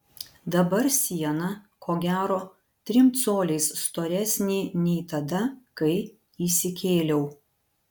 dabar siena ko gero trim coliais storesnė nei tada kai įsikėliau